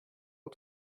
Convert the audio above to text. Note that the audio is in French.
aux